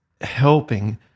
helping